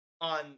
on